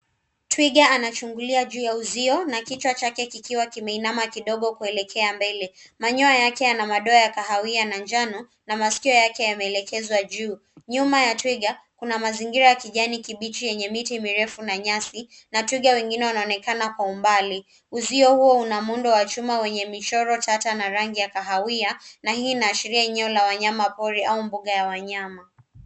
Twiga anachungulia juu ya uzio na kichwa chake kikiwa kimeinama kidogo kuelekea mbele. Manyoya yake yana madoa ya kahawia na njano na maskio yake yameelekezwa juu. Nyuma ya twiga kuna mazingira yenye ya kijani kibichi, miti mirefu, na nyasi na twiga wengine wanaonekana kwa umbali. uzio huu una muundo wa chuma wenye michoro tata na rangi ya kahawia na hii inaashiria eneo la wanyamapori au mbuga ya wanyama.